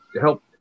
help